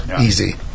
Easy